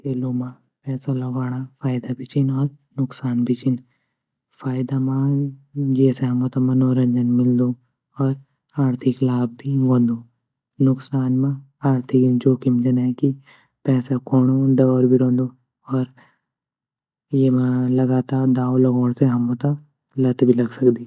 खेलूँ म पैसा लगोणा फ़ायदा भी छीन और नुक़सान भी छीन फ़ायदा म ये से हमू त मनोरंजन मिलदू और आर्थिक लाभ भी वंदु नुक़सान म आर्थिक जोखिम जने की पैसा ख़्वोंणों ढोर भी रोंदू और येमा लगातार दाऊ लगोण से हमू त लत भी लग सकदी।